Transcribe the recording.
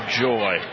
joy